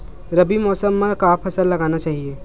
रबी मौसम म का फसल लगाना चहिए?